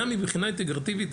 גם מבחינה אינטגרטיבית,